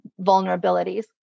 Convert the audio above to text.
vulnerabilities